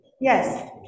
Yes